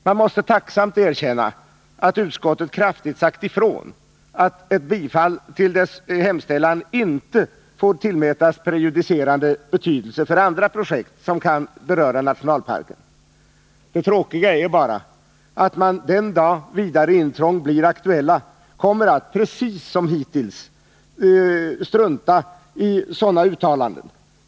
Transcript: Jag måste tacksamt erkänna att utskottet kraftigt sagt ifrån att ett bifall till dess hemställan inte får tillmätas prejudicerande betydelse för andra projekt som kan beröra nationalparken. Det tråkiga är bara att man den dag vidare intrång blir aktuella kommer att precis som hittills strunta i sådana uttalanden.